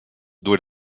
door